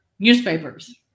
newspapers